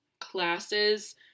classes